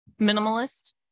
Minimalist